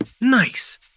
Nice